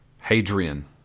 Hadrian